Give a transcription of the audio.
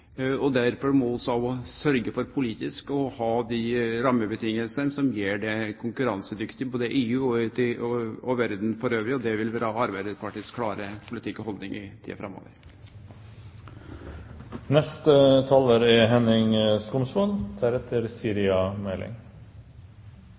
Derfor må vi òg sørgje for politisk å ha dei rammevilkåra som gjer oss konkurransedyktige, både i EU og i verda elles. Det vil vere Arbeidarpartiets klare politikk og haldning i tida